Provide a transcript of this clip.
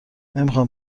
نمیخام